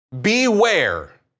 Beware